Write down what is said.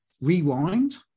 Rewind